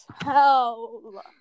hell